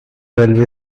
railway